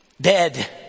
dead